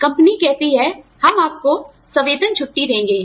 company कहती है हम आपको सवेतन छुट्टी देंगे